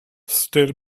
still